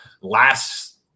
last